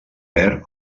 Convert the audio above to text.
perd